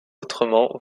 autrement